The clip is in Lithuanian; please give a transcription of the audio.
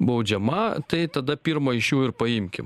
baudžiama tai tada pirma iš jų ir paimkim